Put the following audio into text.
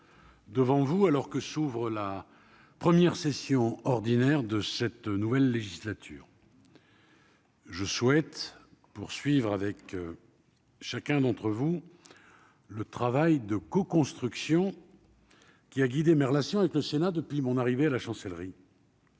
Devant vous, alors que s'ouvre la première session ordinaire de cette nouvelle législature. Je souhaite poursuivre avec chacun d'entre vous, le travail de coconstruction qui a guidé mes relations avec le Sénat depuis mon arrivée à la chancellerie.